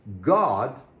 God